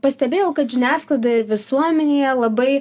pastebėjau kad žiniasklaidoj ir visuomenėje labai